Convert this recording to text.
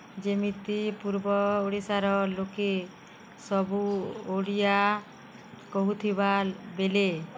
ଯେମିତି ପୂର୍ବ ଓଡ଼ିଶାର ଲୋକେ ସବୁ ଓଡ଼ିଆ କହୁଥିବାବେଳେ